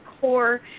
core